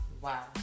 Wow